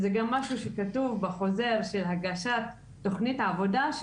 שזה גם משהו שכתוב בחוזר של הגשת תכנית העבודה,